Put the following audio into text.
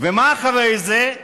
ומה אחרי זה?